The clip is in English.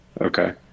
Okay